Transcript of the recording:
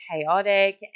chaotic